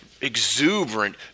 exuberant